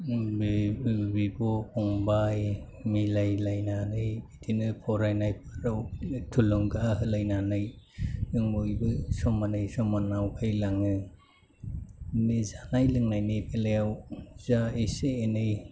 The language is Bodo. बिब' फंबाय मिलायलायनानै बिदिनो फरायनाय फोराव थुलुंगा होलायनानै जों बयबो समानै समानाव फैलाङो जानाय लोंनायनि बेलायाव जा एसे एनै